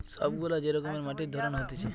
সব গুলা যে রকমের মাটির ধরন হতিছে